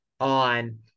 on